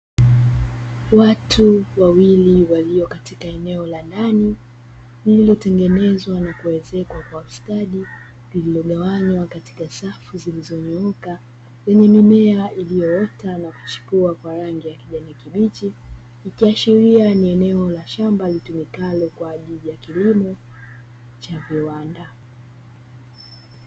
Watu wawili walio katika eneo la ndani, lililotengenezwa na kuezekwa kwa ustadi, lilogawanywa katika safu zilizonyooka, yenye mimea iliyoota na kuchepua kwa rangi ya kijani kibichi; ikiashilia ni eneo la shamba litumikalo kwaajili ya kilimo, cha viwanda.